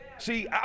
See